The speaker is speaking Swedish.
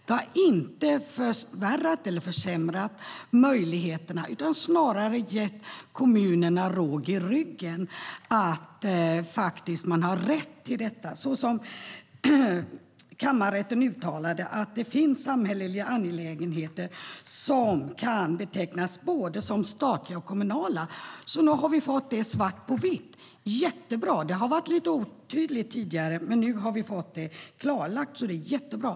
Det har inte förvärrat eller försämrat möjligheterna utan snarare gett kommunerna råg i ryggen. De har faktiskt rätt till detta. Kammarrätten uttalade att det finns samhälleliga angelägenheter som kan betecknas som både statliga och kommunala. Nu har vi fått det svart på vitt. Det har varit lite otydligt tidigare, men nu har vi fått det klarlagt, vilket är jättebra.